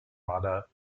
maler